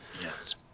Yes